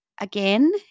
again